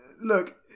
look